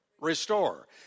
Restore